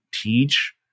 teach